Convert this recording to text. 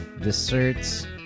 desserts